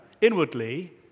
inwardly